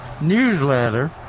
newsletter